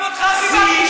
גם אותך חיבקתי.